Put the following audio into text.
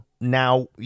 Now